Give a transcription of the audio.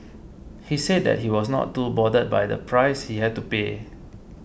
he said that he was not too bothered by the price he had to pay